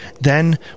Then